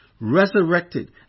resurrected